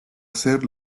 hacer